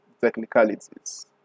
technicalities